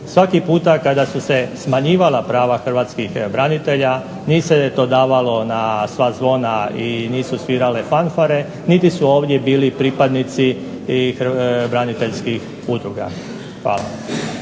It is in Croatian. Svaki puta kada su se smanjivala prava hrvatskih branitelja nije se to davalo na sva zvona i nisu svirale fanfare niti su ovdje bili pripadnici braniteljskih udruga. Hvala.